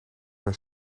mijn